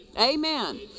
Amen